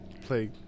play